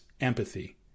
empathy